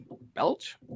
Belch